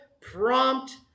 prompt